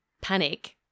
panic –